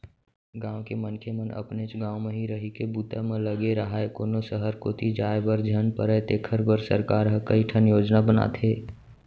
गाँव के मनखे मन अपनेच गाँव म ही रहिके बूता म लगे राहय, कोनो सहर कोती जाय बर झन परय तेखर बर सरकार ह कइठन योजना बनाथे